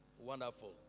Wonderful